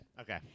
Okay